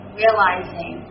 realizing